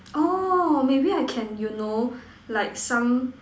oh maybe I can you know like some